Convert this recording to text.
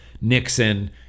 Nixon